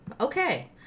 Okay